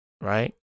Right